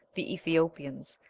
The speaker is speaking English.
the ethiopians,